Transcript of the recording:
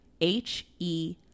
H-E